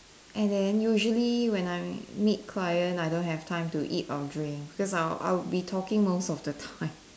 and then usually when I meet client I don't have time to eat or drink cos I I will be talking most of the time